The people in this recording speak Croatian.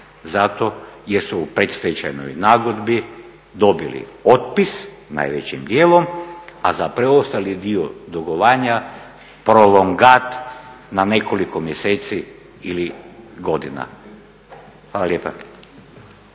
zato jer su u predstečajnoj nagodbi dobili otpis najvećim dijelom a za preostali dio dugovanja prolongat na nekoliko mjeseci ili godina. Hvala lijepa.